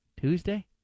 Tuesday